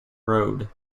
road